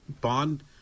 Bond